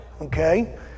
okay